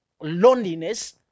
loneliness